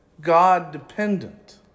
God-dependent